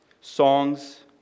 songs